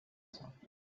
sun